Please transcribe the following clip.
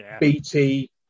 BT